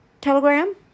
Telegram